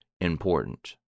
important